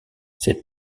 ses